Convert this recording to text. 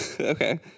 Okay